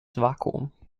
vakuum